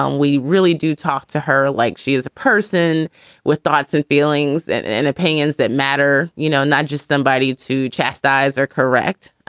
um we really do talk to her like she is a person with thoughts and feelings and and and opinions that matter. you know, not just somebody to chastise or correct,